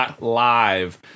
live